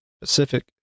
Pacific